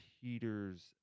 peters